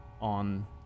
on